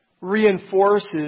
reinforces